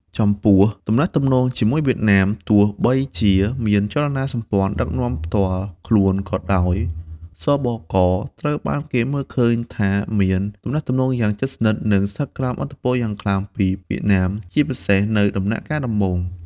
ចំពោះទំនាក់ទំនងជាមួយវៀតណាម ទោះបីជាមានរចនាសម្ព័ន្ធដឹកនាំផ្ទាល់ខ្លួនក៏ដោយ ស.ប.ក. ត្រូវបានគេមើលឃើញថាមានទំនាក់ទំនងយ៉ាងជិតស្និទ្ធ និងស្ថិតក្រោមឥទ្ធិពលយ៉ាងខ្លាំងពីវៀតណាម ជាពិសេសនៅដំណាក់កាលដំបូង ។